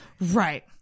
Right